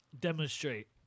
demonstrate